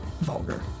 vulgar